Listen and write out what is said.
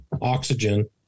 oxygen